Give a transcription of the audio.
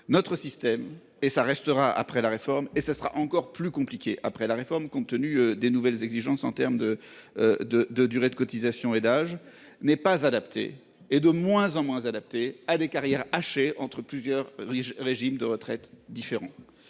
notre système et ça restera après la réforme et ce sera encore plus compliqué. Après la réforme, compte tenu des nouvelles exigences en terme de. De, de durée de cotisation et d'âge n'est pas adapté et de moins en moins adapté à des carrières hachées entre plusieurs dirigeants régimes de retraites différents.